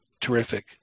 terrific